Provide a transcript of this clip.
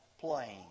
plane